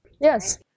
Yes